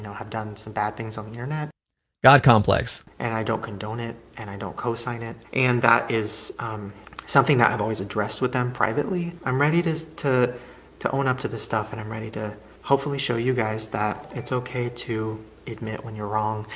have done some bad things on the internet god complex. and i don't condone it and i don't cosign it and that is something that i've always addressed with them privately. i'm ready to to to own up to this stuff and i'm ready to hopefully show you guys that it's okay to admit when you're wrong,